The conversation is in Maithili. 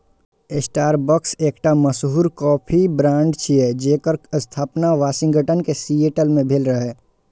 स्टारबक्स एकटा मशहूर कॉफी ब्रांड छियै, जेकर स्थापना वाशिंगटन के सिएटल मे भेल रहै